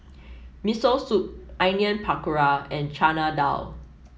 Miso Soup Onion Pakora and Chana Dal